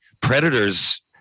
Predators